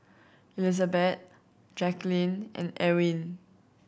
Elizabet Jacquelyn and Ewin